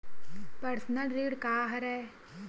Personal ऋण का हरय?